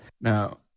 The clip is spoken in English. Now